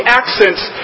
accents